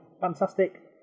fantastic